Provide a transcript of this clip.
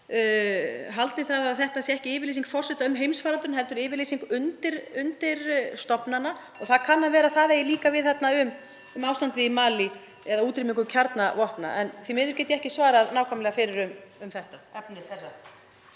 haldið að það sé ekki yfirlýsing forseta um heimsfaraldurinn heldur yfirlýsing undirstofnana og það kann að vera að það eigi líka við um ástandið í Malí eða útrýmingu kjarnavopna. Því miður get ég ekki svarað nákvæmlega fyrir um efni þeirra.